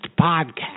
Podcast